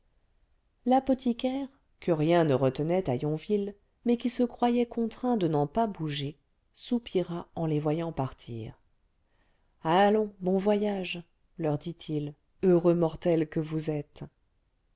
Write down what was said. l'apothicaire que rien ne retenait à yonville mais qui se croyait contraint de n'en pas bouger soupira en les voyant partir allons bon voyage leur dit-il heureux mortels que vous êtes